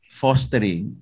fostering